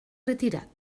retirat